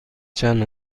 چند